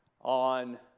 on